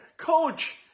coach